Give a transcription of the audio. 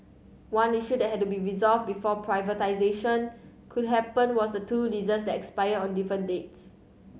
one issue that had to be resolved before privatisation could happen was the two leases that expire on different dates